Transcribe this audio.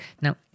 now